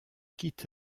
quitte